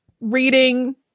reading